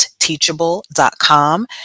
teachable.com